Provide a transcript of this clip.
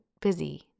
busy